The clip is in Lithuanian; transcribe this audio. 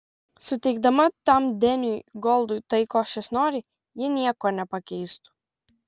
suteikdama tam deniui goldui tai ko šis nori ji nieko nepakeistų